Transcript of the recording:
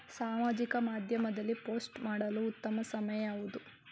ಸಾಮಾಜಿಕ ಮಾಧ್ಯಮದಲ್ಲಿ ಪೋಸ್ಟ್ ಮಾಡಲು ಉತ್ತಮ ಸಮಯ ಯಾವುದು?